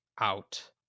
out